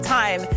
time